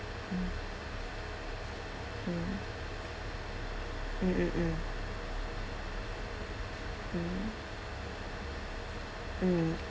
mm mm mm mm mm